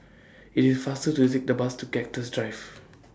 IT IS faster to Take The Bus to Cactus Drive